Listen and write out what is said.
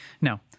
Now